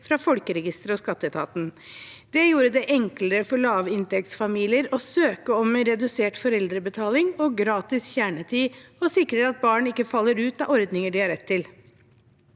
fra Folkeregisteret og skatteetaten. Det gjorde det enklere for lavinntektsfamilier å søke om redusert foreldrebetaling og gratis kjernetid, og det sikrer at barn ikke faller ut av ordninger de har rett til.